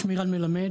שמי רן מלמד,